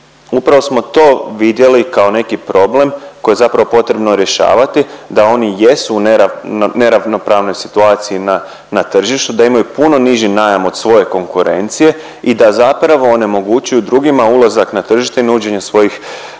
upravo smo to vidjeli kao neki problem koji je zapravo potrebno rješavati da oni jesu u neravnopravnoj situaciji na, na tržištu, da imaju puno niži najam od svoje konkurencije i da zapravo onemogućuju drugima ulazak na tržište i nuđenje svojih,